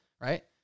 Right